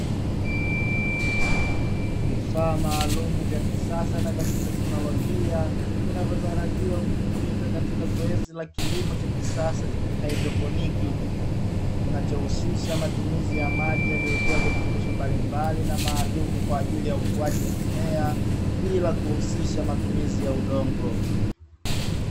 Vifaa maalumu vya kisasa na vya kiteknolojia vinavyotarajiwa kutumika katika zoezi la kilimo cha kisasa cha kihaidroponiki kinachohusisha matumizi ya maji yaliyotiwa virutubisho mbalimbali na maalumu kwa ajili ya ukuaji wa mmea bila kuhusisha matumizi ya udongo.